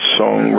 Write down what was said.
song